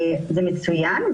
זה מצוין,